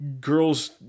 girls